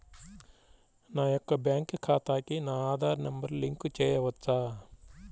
నా యొక్క బ్యాంక్ ఖాతాకి నా ఆధార్ నంబర్ లింక్ చేయవచ్చా?